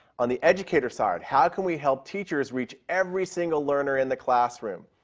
on the educator side, how can we help teachers reach every single learner in the classroom?